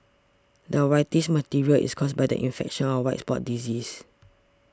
the whitish material is caused by the infection of white spot disease